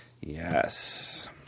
Yes